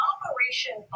Operation